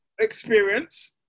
Experience